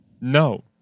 No